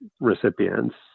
recipients